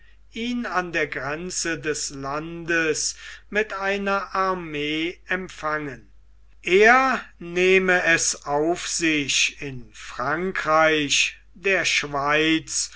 ihn an der grenze des landes mit einer armee empfangen er nehme es auf sich in frankreich der schweiz